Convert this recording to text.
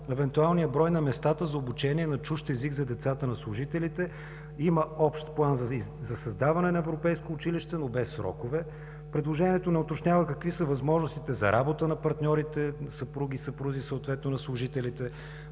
евентуалния брой на местата за обучение на чужд език за децата на служителите – има общ план за създаване на европейско училище, но без срокове; предложението не уточнява какви са възможностите за работа на партньорите – съпруг и съпруга, съответно на служителите;